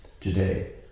today